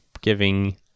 giving